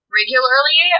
regularly